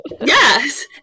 Yes